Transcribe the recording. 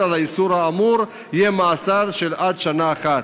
על האיסור האמור יהיה מאסר עד שנה אחת.